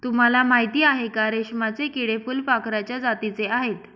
तुम्हाला माहिती आहे का? रेशमाचे किडे फुलपाखराच्या जातीचे आहेत